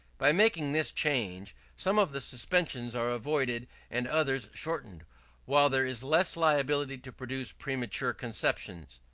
by making this change, some of the suspensions are avoided and others shortened while there is less liability to produce premature conceptions.